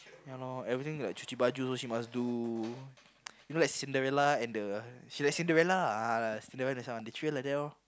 yeah lor everything like cuci baju she must do you know like Cinderella and the she like Cinderella ah Cinderella that one she treat her like that loh